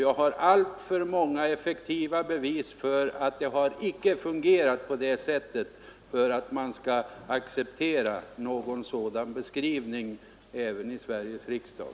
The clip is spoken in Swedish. Jag har alltför många effektiva bevis för att det inte har fungerat på det sättet för att kunna acceptera att en sådan beskrivning görs i Sveriges riksdag.